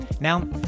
Now